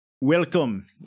Welcome